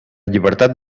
llibertat